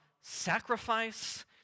sacrifice